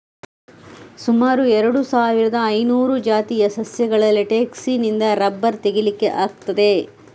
ಸುಮಾರು ಎರಡು ಸಾವಿರದ ಐನೂರು ಜಾತಿಯ ಸಸ್ಯಗಳ ಲೇಟೆಕ್ಸಿನಿಂದ ರಬ್ಬರ್ ತೆಗೀಲಿಕ್ಕೆ ಆಗ್ತದೆ